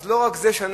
אז לא רק זה שלא